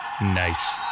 Nice